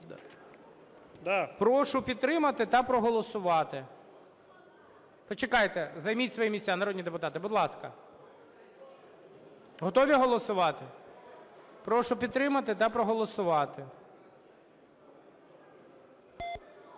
Прошу підтримати та проголосувати. Почекайте. Займіть свої місця народні депутати, будь ласка. Готові голосувати? Прошу підтримати та проголосувати.